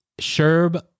Sherb